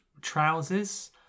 trousers